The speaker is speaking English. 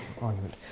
argument